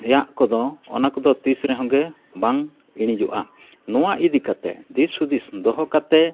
ᱨᱮᱭᱟᱜ ᱠᱚᱫᱚ ᱚᱱᱟ ᱠᱚᱫᱚ ᱛᱤᱥ ᱨᱮᱦᱚᱸ ᱜᱮ ᱵᱟᱝ ᱤᱲᱤᱡᱚᱜᱼᱟ ᱱᱚᱣᱟ ᱤᱫᱤ ᱠᱟᱛᱮ ᱫᱤᱥ ᱦᱩᱫᱤᱥ ᱫᱚᱦᱚ ᱠᱟᱛᱮ